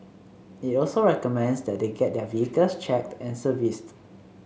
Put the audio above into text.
it also recommends that they get their vehicles checked and serviced